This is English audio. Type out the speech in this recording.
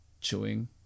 chewing